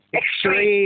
extreme